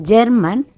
German